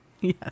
yes